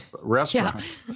restaurants